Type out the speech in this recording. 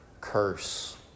curse